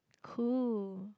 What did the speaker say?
cool